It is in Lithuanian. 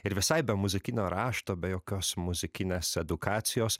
ir visai be muzikinio rašto be jokios muzikinės edukacijos